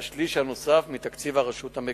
והשליש הנוסף, מתקציב הרשות המקומית.